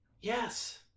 Yes